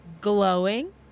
glowing